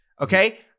Okay